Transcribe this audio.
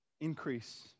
increase